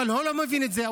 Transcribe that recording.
אבל הוא לא מבין את זה.